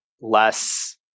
less